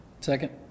Second